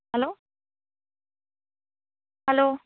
hello hello